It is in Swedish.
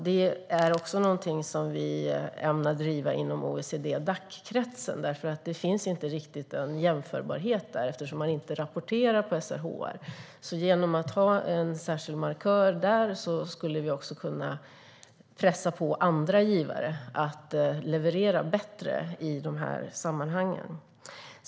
Det är också någonting som vi ämnar driva inom OECD-Dac-kretsen. Det finns nämligen inte riktigt en jämförbarhet där, eftersom man inte rapporterar om SRHR. Genom att ha en särskild markör där skulle vi också kunna pressa på andra givare att leverera bättre i dessa sammanhang.